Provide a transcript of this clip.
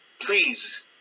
please